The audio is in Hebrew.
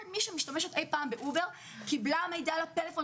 כל מי שהשתמש אי-פעם באובר קיבל מידע לפלפון